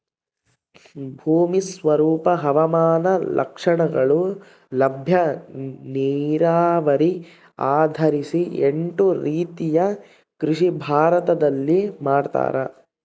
ಭೂಮಿ ಸ್ವರೂಪ ಹವಾಮಾನ ಲಕ್ಷಣಗಳು ಲಭ್ಯ ನೀರಾವರಿ ಆಧರಿಸಿ ಎಂಟು ರೀತಿಯ ಕೃಷಿ ಭಾರತದಲ್ಲಿ ಮಾಡ್ತಾರ